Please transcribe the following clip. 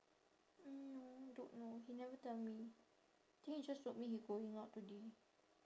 mm don't know he never tell me think he just told me he going out today